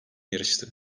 yarıştı